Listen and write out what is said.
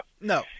No